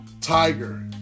Tiger